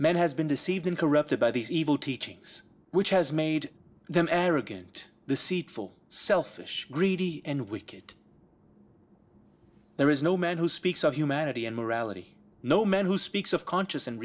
men has been deceived in corrupted by these evil teachings which has made them arrogant the seat full selfish greedy and weak it there is no man who speaks of humanity and morality no man who speaks of conscious and